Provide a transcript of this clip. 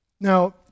Now